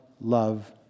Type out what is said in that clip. love